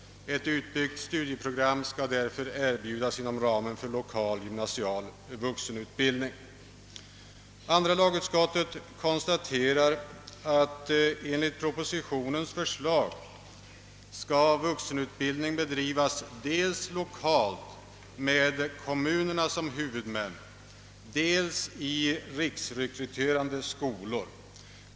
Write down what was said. Ett utbyggt studieprogram skall därför erbjudas inom ramen för lokal gymnasial vuxenutbildning.» Andra lagutskottet konstaterar: »Enligt propositionens förslag skall vuxenutbildning bedrivas dels lokalt med kommunerna som huvudmän, dels i riksrekryterande skolor.